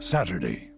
Saturday